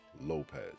lopez